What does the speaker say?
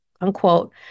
unquote